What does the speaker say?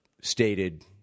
stated